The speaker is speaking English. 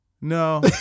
No